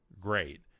great